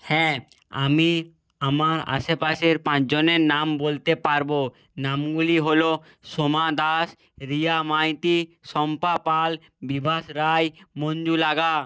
হ্যাঁ আমি আমার আশেপাশের পাঁচজনের নাম বলতে পারবো নামগুলি হলো সোমা দাস রিয়া মাইতি শম্পা পাল বিভাষ রায় মঞ্জু লাগা